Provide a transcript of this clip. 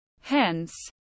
Hence